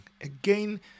Again